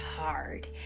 hard